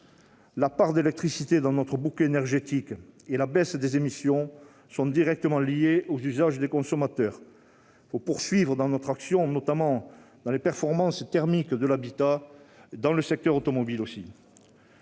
La part d'électricité dans notre bouquet énergétique et la baisse des émissions sont directement liées aux usages des consommateurs. Il faut poursuivre notre action, notamment dans les performances thermiques de l'habitat et dans le secteur automobile.